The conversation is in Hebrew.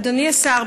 אדוני השר,